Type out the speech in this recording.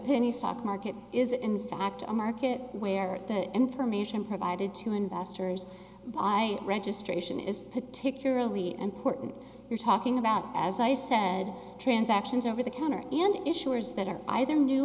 penny stock market is in fact a market where the information provided to investors by registration is particularly important you're talking about as i said transactions over the counter and issuers that are either